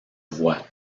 voit